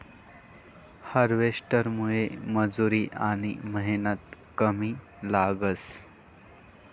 हार्वेस्टरमुये मजुरी आनी मेहनत कमी लागस